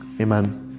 Amen